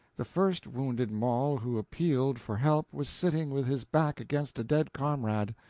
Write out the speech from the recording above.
the first wounded mall who appealed for help was sitting with his back against a dead comrade.